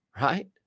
right